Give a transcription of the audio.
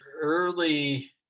early